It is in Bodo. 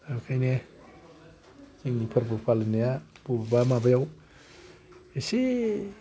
ओंखायनो जोंनि फोर्बो फालिनाया बबेबा माबायाव एसे